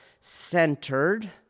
centered